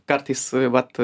kartais vat